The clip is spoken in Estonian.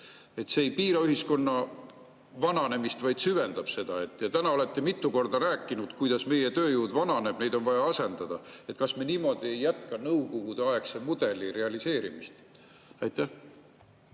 See ei piira ühiskonna vananemist, vaid süvendab seda. Te olete täna mitu korda rääkinud, kuidas meie tööjõud vananeb ja seda on vaja asendada. Kas me niimoodi ei jätka nõukogudeaegse mudeli realiseerimist? Hea